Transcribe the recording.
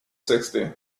sixty